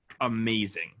amazing